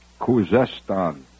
Kuzestan